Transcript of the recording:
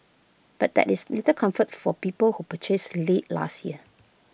but that is little comfort for people who purchased late last year